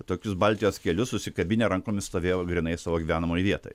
tokius baltijos kelius susikabinę rankomis stovėjo va grynai savo gyvenamoj vietoj